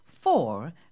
Four